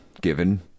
given